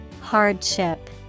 Hardship